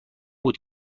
بود